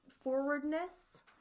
forwardness